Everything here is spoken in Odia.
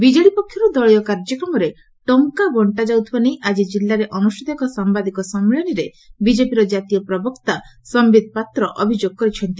ବିଜେଡି ପକ୍ଷର୍ ଦଳୀୟ କାର୍ଯ୍ୟକ୍ରମରେ ଟଙ୍ଙା ବଙ୍ଙା ଯାଉଥିବା ନେଇ ଆକି ଜିଲ୍ଲାରେ ଅନୁଷ୍ଠିତ ଏକ ସାମ୍ଭାଦିକ ସମ୍ଭିଳନୀରେ ବିଜେପିର ଦଳୀୟ ଜାତୀୟ ପ୍ରବକ୍ତା ସମ୍ଭିତ ପାତ୍ର ଅଭିଯୋଗ କରିଛନ୍ତି